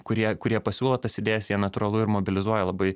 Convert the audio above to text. kurie kurie pasiūlo tas idėjas jie natūralu ir mobilizuoja labai